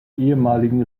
ehemaligen